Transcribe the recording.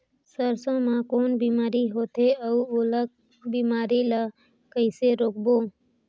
सरसो मा कौन बीमारी होथे अउ ओला बीमारी ला कइसे रोकबो?